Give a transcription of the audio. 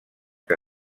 que